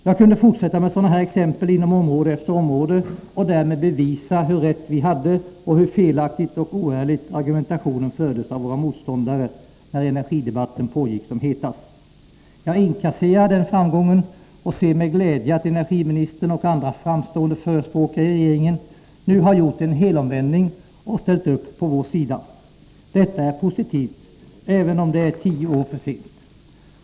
Jag kunde fortsätta med sådana här exempel inom område efter område och därmed bevisa hur rätt vi hade och hur felaktigt och oärligt argumentationen fördes av våra motståndare, när energidebatten pågick som hetast. Jag inkasserar den framgången och ser med glädje att energiministern och andra framstående förespråkare i regeringen nu har gjort en helomvändning och ställt upp på vår sida. Detta är positivt, även om det är tio år för sent.